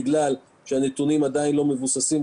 מכיוון שהנתונים עדיין לא מבוססים,